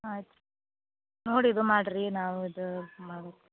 ಆಯ್ತು ನೋಡಿ ಇದು ಮಾಡಿರಿ ನಾವು ಇದು ಮಾ